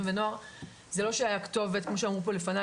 ונוער זה לא שהיתה כתובת כמו שאמרו פה לפני,